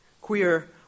Queer